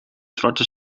zwarte